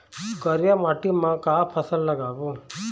करिया माटी म का फसल लगाबो?